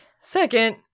Second